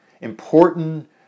important